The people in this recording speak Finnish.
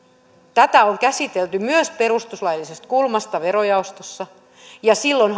tätä on käsitelty myös perustuslaillisesta kulmasta verojaostossa ja silloin